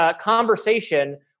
conversation